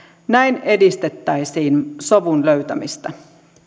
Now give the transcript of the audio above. näin edistettäisiin sovun löytämistä